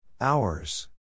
Hours